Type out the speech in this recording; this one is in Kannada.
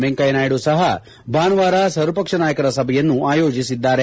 ವೆಂಕಯ್ಯನಾಯ್ಡು ಸಹ ಭಾನುವಾರ ಸರ್ವಪಕ್ಷ ನಾಯಕರ ಸಭೆಯನ್ನು ಆಯೋಜಿಸಿದ್ದಾರೆ